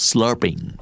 Slurping